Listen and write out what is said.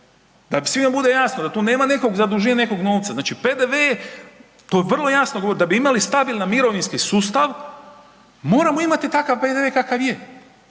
Da svima bude jasno, da tu nema nekog zaduživanja, nekog novca, znači PDV je, to vrlo jasno govorim, da bi imali stabilni mirovinski sustav moramo imati takav PDV kakav je.